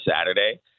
Saturday